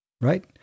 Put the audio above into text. Right